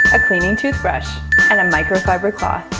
a cleaning toothbrush and a microfiber cloth.